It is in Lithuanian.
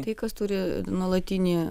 tai kas turi nuolatinį